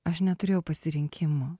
aš neturėjau pasirinkimo